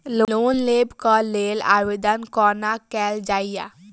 Loan लेबऽ कऽ लेल आवेदन कोना कैल जाइया?